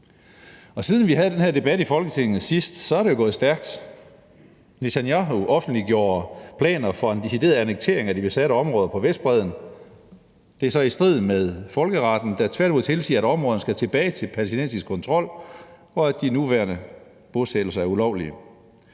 Siden vi sidst havde den her debat i Folketinget, er det jo gået stærkt. Netanyahu offentliggjorde planer for en decideret annektering af de besatte områder på Vestbredden. Det er så i strid med folkeretten, der tværtimod tilsiger, at områderne skal tilbage under palæstinensisk kontrol, og at de nuværende bosættelser er ulovlige.